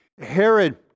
Herod